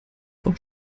auch